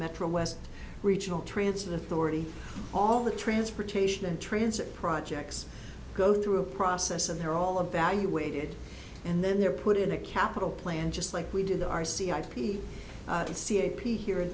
metro west regional transit authority all the transportation and transit projects go through a process and they're all of value weighted and then they're put in a capital plan just like we do the r c ip the c h p here in